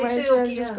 malaysia okay ah